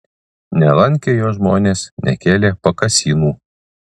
nelankė jo žmonės nekėlė pakasynų